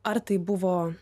ar tai buvo